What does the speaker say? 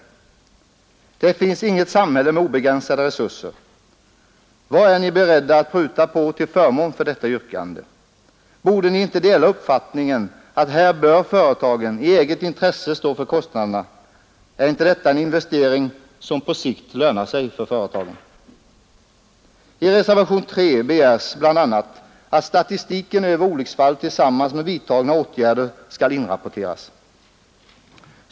Det finns inget samhälle som har obegränsade resurser. Vad är ni beredda att pruta på till förmån för detta yrkande? Borde ni inte dela uppfattningen att företagen i eget intresse bör stå för kostnaderna? Är inte det en investering som på sikt lönar sig för företagen? I reservationen 3 begärs bl.a. att statistiken över olycksfall skall inrapporteras tillsammans med uppgift om vidtagna åtgärder.